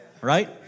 Right